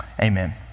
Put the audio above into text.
amen